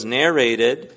narrated